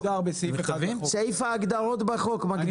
סעיף ההגדרות בחוק מגדיר.